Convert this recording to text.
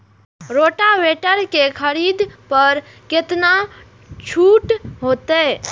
Rotavator के खरीद पर केतना छूट होते?